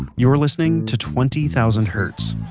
you're listening to twenty thousand hertz,